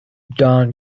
don